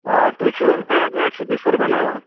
آ تُہۍ چھُو حظ بیٹ ویٹ چھُو تُہۍ سَر بناوان